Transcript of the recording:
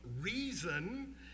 reason